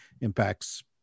impacts